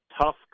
tough